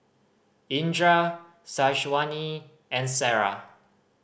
Indra Syazwani and Sarah